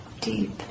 deep